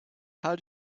how